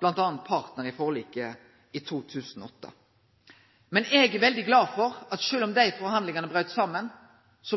var partnar i forliket i 2008. Men eg er veldig glad for at sjølv om dei forhandlingane braut saman,